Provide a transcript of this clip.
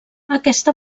aquesta